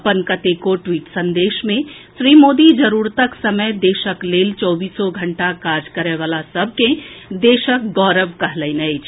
अपन कतेको ट्वीट संदेश मे श्री मोदी जरूरतक समय देशक लेल चौबीस घंटा काज करए वला सभ के देशक गौरव कहलनि अछि